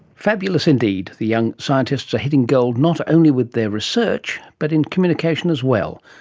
fabulous indeed. the young scientists are hitting gold not only with their research but in communication as well.